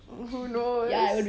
who knows